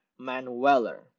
Manweller